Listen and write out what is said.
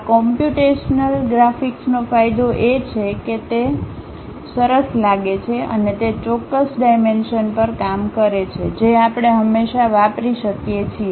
આ કોમપ્યુંટેશનલ ગ્રાફિક્સનો ફાયદો એ છે કે તે સરસ લાગે છે અને તે ચોક્કસ ડાઇમેનશન પર કામ કરે છે જે આપણે હંમેશા વાપરી શકીએ છીએ